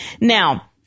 Now